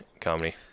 comedy